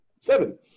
Seven